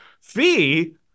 fee